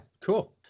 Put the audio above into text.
Cool